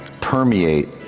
permeate